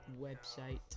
website